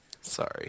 Sorry